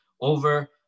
over